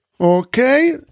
Okay